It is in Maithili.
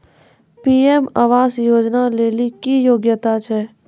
पी.एम आवास योजना लेली की योग्यता छै?